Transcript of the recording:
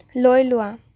লৈ লোৱা